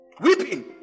weeping